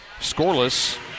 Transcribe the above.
scoreless